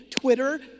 Twitter